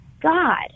God